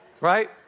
right